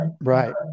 Right